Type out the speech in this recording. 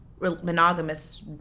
monogamous